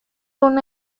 una